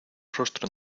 rostro